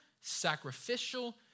sacrificial